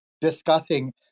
discussing